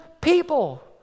people